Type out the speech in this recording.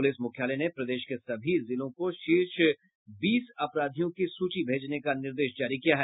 police मुख्यालय ने प्रदेश के सभी जिलों को शीर्ष बीस अपराधियों की सूची भेजने का निर्देश जारी किया है